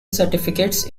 certificates